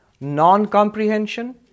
Non-comprehension